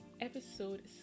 episode